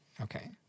Okay